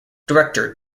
director